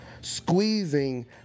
squeezing